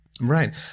Right